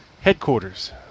headquarters